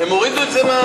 הם הורידו את זה,